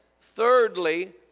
Thirdly